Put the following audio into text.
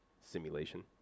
simulation